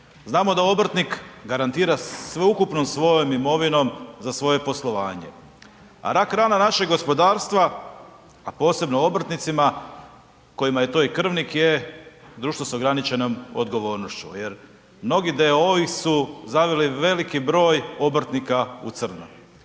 Znamo da obrtnik garantira sveukupnom svojom imovinom za svoje poslovanje a rak rana našeg gospodarstva a posebno obrtnicima kojima je to i krvnik je društvo sa ograničenom odgovornošću jer mnogi d.o.o.-i su zaveli veliki broj obrtnika u crno.